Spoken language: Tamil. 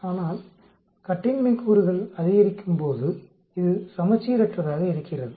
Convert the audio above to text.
ஆனால் கட்டின்மை கூறுகள் அதிகரிக்கும் போது இது சமச்சீரற்றதாக இருக்கிறது